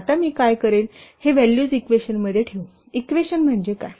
आता मी काय करेल हे व्हॅल्यूज इक्वेशनमध्ये ठेवूइक्वेशन म्हणजे काय